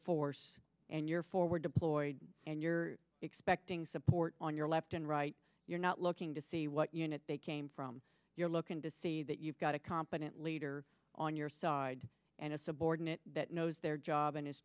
force and you're forward deployed and you're expecting support on your left and right you're not looking to see what unit they came from you're looking to see that you've got a competent leader on your side and a subordinate that knows their job and is